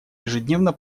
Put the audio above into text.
ежедневно